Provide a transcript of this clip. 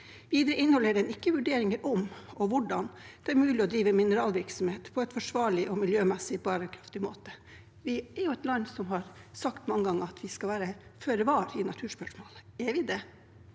ikke inneholder vurderinger av om og hvordan det er mulig å drive mineralvirksomhet på en forsvarlig og miljømessig bærekraftig måte. Vi er jo et land som mange ganger har sagt at vi skal være føre var i naturspørsmål. Er vi det?